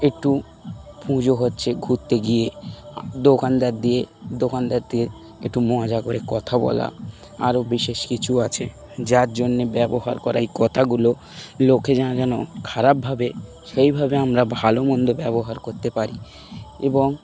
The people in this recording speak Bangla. একটু পুজো হচ্ছে ঘুরতে গিয়ে দোকানদার দিয়ে দোকানদার দিয়ে একটু মজা করে কথা বলা আরও বিশেষ কিছু আছে যার জন্যে ব্যবহার করা এই কথাগুলো লোকে যা যেন খারাপভাবে সেইভাবে আমরা ভালো মন্দ ব্যবহার করতে পারি এবং